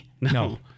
No